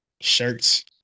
shirts